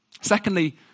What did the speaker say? Secondly